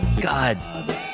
God